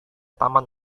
taman